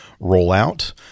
rollout